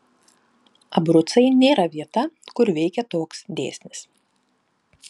abrucai nėra vieta kur veikia toks dėsnis